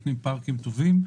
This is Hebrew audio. אם נותנים פארקים טובים,